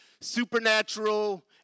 supernatural